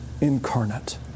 incarnate